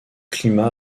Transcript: climat